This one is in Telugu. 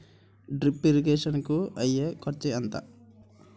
డ్రిప్ ఇరిగేషన్ కూ అయ్యే ఖర్చు ఎంత?